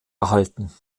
erhalten